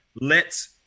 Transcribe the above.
lets